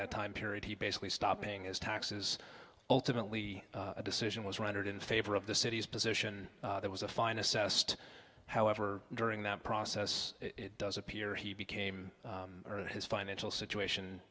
that time period he basically stopping his taxes ultimately a decision was rendered in favor of the city's position there was a fine assessed however during that process it does appear he became his financial situation